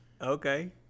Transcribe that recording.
Okay